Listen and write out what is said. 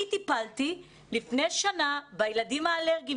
אני טיפלתי לפני שנה בילדים האלרגיים